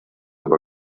aber